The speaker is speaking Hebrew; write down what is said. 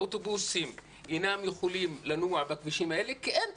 האוטובוסים אינם יכולים לנוע בכבישים האלה כי אין תשתית.